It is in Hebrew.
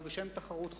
ובשם תחרות חופשית,